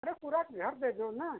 अरे पूरा घर दे दो न